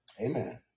Amen